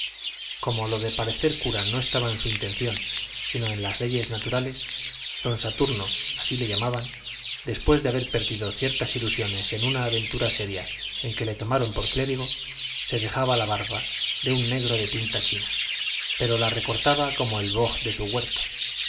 como lo de parecer cura no estaba en su intención sino en las leyes naturales don saturno así le llamaban después de haber perdido ciertas ilusiones en una aventura seria en que le tomaron por clérigo se dejaba la barba de un negro de tinta china pero la recortaba como el boj de su huerto